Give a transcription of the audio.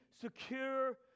secure